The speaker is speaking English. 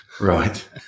Right